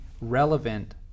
relevant